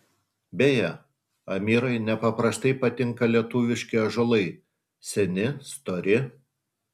beje amirai nepaprastai patinka lietuviški ąžuolai seni stori